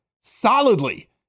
solidly